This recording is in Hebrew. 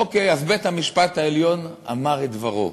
אוקיי, אז בית-המשפט העליון אמר את דברו.